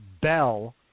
Bell